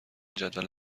جدول